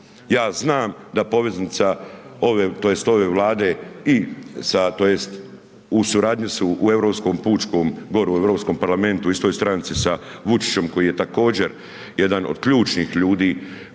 Ja znam da poveznica, tj. ove vlade, i tj. u suradnji su u europskom pučkom, gore u Europskom parlamentu u istoj stranci sa Vučićem, koji je također, jedan od ključnih ljudi,